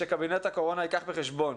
שקבינט הקורונה ייקח בחשבון.